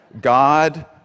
God